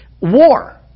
war